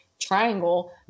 triangle